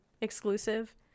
Exclusive